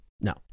no